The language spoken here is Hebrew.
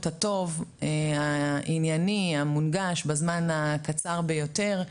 הטוב הענייני המונגש בזמן הקצר ביותר,